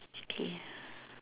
okay